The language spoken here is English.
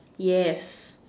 yes